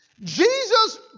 Jesus